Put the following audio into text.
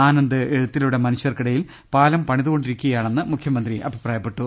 ആനന്ദ് എഴുത്തിലൂടെ മനുഷ്യർക്കിട യിൽ പാലം പണിതുകൊണ്ടിരിക്കുകയാണെന്ന് മുഖ്യമന്ത്രി അഭിപ്രായപ്പെട്ടു